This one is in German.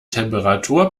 temperatur